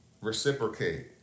reciprocate